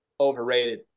Overrated